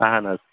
اَہَن حظ